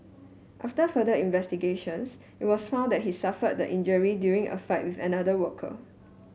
after further investigations it was found that he suffered the injury during a fight with another worker